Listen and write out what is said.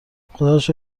خداروشکر